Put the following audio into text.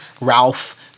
Ralph